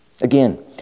Again